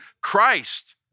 Christ